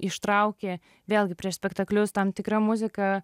ištrauki vėlgi prieš spektaklius tam tikra muzika